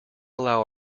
allow